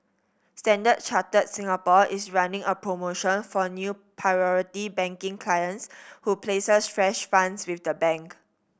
Standard Chartered Singapore is running a promotion for new Priority Banking clients who places fresh funds with the bank